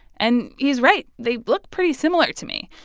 and he's right, they look pretty similar to me.